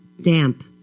Damp